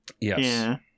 Yes